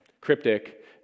cryptic